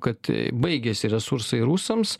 kad baigėsi resursai rusams